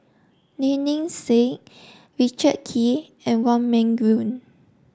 Lynnette Seah Richard Kee and Wong Meng Voon